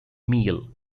mill